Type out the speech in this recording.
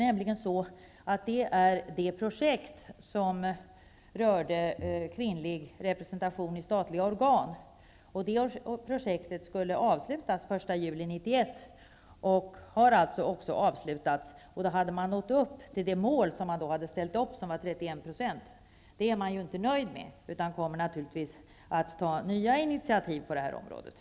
Dessa avser det projekt som rörde kvinnlig representation i statliga organ, och det projektet skulle avslutas den 1 juli 1991 och har också avslutats. Då hade man nått det mål som ställts upp och som var 31 %. Det är man inte nöjd med, utan det kommer naturligtvis att tas nya initiativ på området.